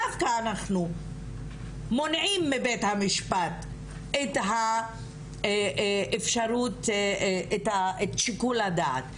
דווקא אז אנחנו מונעים מבית המשפט את האפשרות לשיקול דעת.